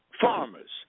farmers